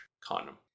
condom